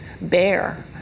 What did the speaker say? bear